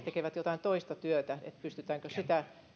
tekevät jotain toista työtä sitä